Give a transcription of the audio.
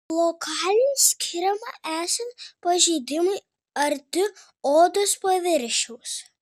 lokaliai skiriama esant pažeidimui arti odos paviršiaus